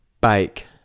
bike